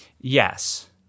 Yes